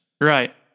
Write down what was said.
Right